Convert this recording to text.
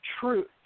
truth